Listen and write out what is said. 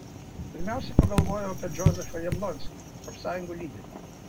pirmiausiai pagalvojau apie džozefą jablonskį profsąjungų lyderį